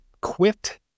quit